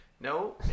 no